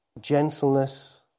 Gentleness